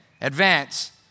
Advance